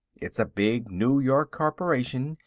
it's a big new york corporation,